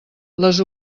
les